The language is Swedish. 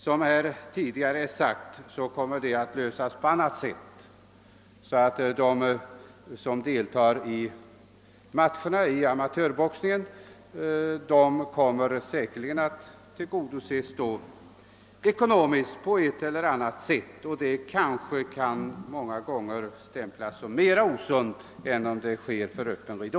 Som tidigare sagts, kommer den saken att ordnas på annat sätt; de som deltar i amatörmatcher kommer säkerligen att få ekonomisk gottgörelse på ett eller annat sätt. Och detta kan många gånger vara mer osunt än om det hela sker inför öppen ridå.